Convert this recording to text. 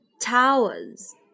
towers